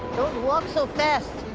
walk so fast.